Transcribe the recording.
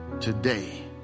today